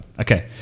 Okay